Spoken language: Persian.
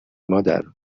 مادر